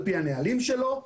על פי הנהלים שלו,